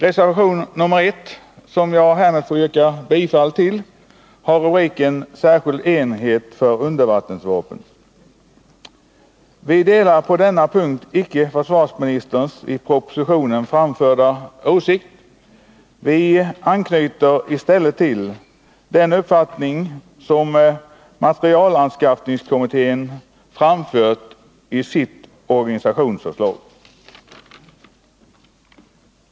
Reservation nr 1, som jag härmed får yrka bifall till, har rubriken Särskild enhet för undervattensvapen. Vi delar på denna punkt icke försvarsministerns i propositionen framförda åsikt. I stället anknyter vi till den uppfattning som materielanskaffningskommittén framfört i sitt organisationsförslag.